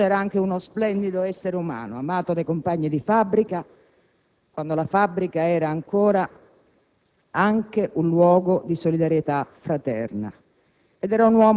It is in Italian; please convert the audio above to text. Guido Rossa era anche uno splendido essere umano, amato dai compagni di fabbrica, quando la fabbrica era ancora ed anche un luogo di solidarietà fraterna,